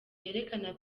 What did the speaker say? yerekana